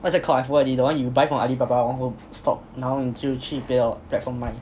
what's that called ah I forgot already the one you buy from Alibaba one whole stock 然后你就去别的 platform 卖